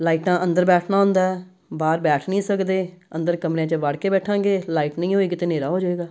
ਲਾਈਟਾਂ ਅੰਦਰ ਬੈਠਣਾ ਹੁੰਦਾ ਹੈ ਬਾਹਰ ਬੈਠ ਨਹੀਂ ਸਕਦੇ ਅੰਦਰ ਕਮਰਿਆਂ 'ਚ ਵੜ ਕੇ ਬੈਠਾਂਗੇ ਲਾਈਟ ਨਹੀਂ ਹੋਏਗੀ ਤਾਂ ਹਨੇਰ੍ਹਾ ਹੋ ਜਾਵੇਗਾ